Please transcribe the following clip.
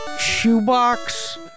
shoebox